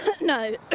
No